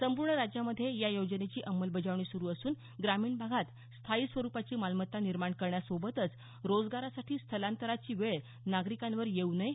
संपूर्ण राज्यामध्ये या योजनेची अंमलबजावणी सुरु असून ग्रामीण भागात स्थायी स्वरुपाची मालमत्ता निर्माण करण्यासोबतच रोजगारासाठी स्थलांतराची वेळ नागरिकांवर येऊ नये